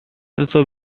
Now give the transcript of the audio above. also